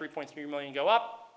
three point three million go up